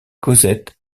cosette